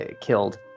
killed